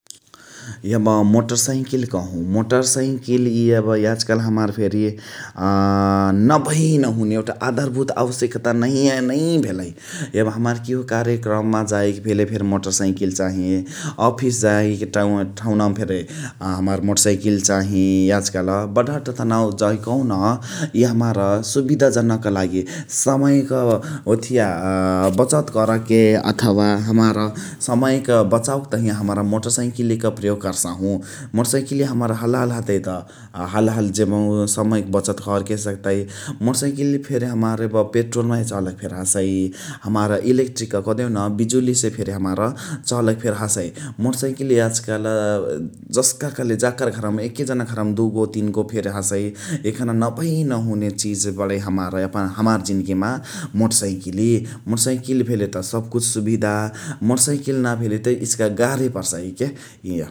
यब मोतरसाइकिल कहु मोटरसाइकिल इय यब याजुकालु हमार नभई नहुने आधारभूत आवश्यकता नहिया नै भेलइ । यब हमार किहो कार्यक्रममा जाइके भेले फेर मोटरसाइ‌किल चाही। अफिस जाइके ठाउनावामा फेरि हमार मोटर साइकिल चाही याजुकालु । बडहूट उनावामा तनाउ जाइके कहुन इय हमार सुविधाजनकक लागि समयक ओथिया.. बचतक करके अथवा हमार समयक बचावक तहिया हमरा मोटर साइकिलीक प्रयोग कर्सहू । मोटरसाइकिल हमरा हालहाली हतईत आ हालहाली जेबहु समयक बचत करके सकतइ। मोटरसाइकिल फेरि अब हमार पेट्रोल माहे चलक फेरि हसइ । हमार इलेक्ट्रिक कदेहुन बिजुलीसे फेरि हमार चलक फेरि हसइ । मोटर साइकिल याजकाल जस्का कैले जाकर घरमा फेरि एक जनाक घरमा दुगो तीनगो फेरि हसइ । यखना नभई नहुने चिज बणइ हमार यापन हमार जिन्गीमा मोटरसाइकिली। मोटरसाइकिल भेले त सबकुछ सुविधा मोटर साइकिल नाही भेले त इचिका गाहे पर्सइ के इय ।